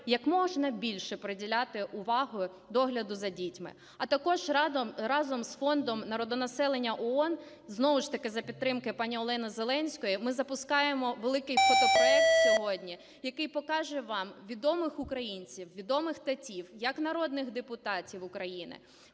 як можна більше приділяти увагу догляду за дітьми. А також разом з Фондом народонаселення ООН знову з таки за підтримки пані Олени Зеленської ми запускаємо великий фотопроект сьогодні, який покаже вам відомих українців, відомих татів, як народних депутатів України,